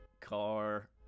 Car